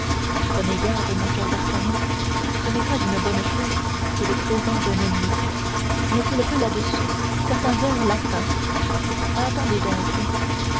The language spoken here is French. prenez garde mon cher d'artagnan ce n'est pas une bonne chose que le présent d'un ennemi n'y a-t-il pas là-dessus certain vers latin attendez donc